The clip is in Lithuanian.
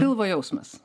pilvo jausmas